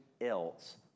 else